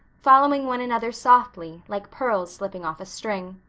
following one another softly, like pearls slipping off a string.